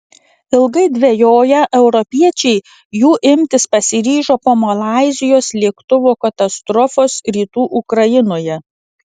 ilgai dvejoję europiečiai jų imtis pasiryžo po malaizijos lėktuvo katastrofos rytų ukrainoje